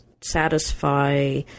satisfy